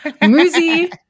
Muzi